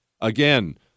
Again